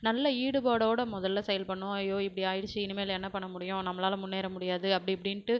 நல்ல ஈடுபாடோடு மொதலில் செயல்படணும் ஐயோ இப்படி ஆகிடுச்சே இனிமேல் என்ன பண்ண முடியும் நம்மளால் முன்னேற முடியாது அப்படி இப்படின்ட்டு